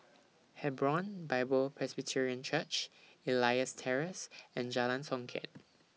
Hebron Bible Presbyterian Church Elias Terrace and Jalan Songket